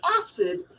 acid